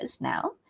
now